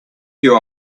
you